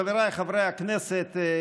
חבריי חברי הכנסת,